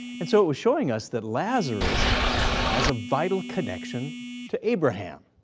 and so it was showing us that lazarus has a vital connection to abraham.